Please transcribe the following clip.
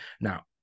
Now